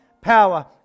power